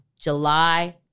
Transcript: July